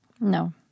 No